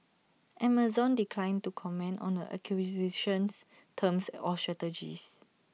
Amazon declined to comment on the acquisition's terms or strategies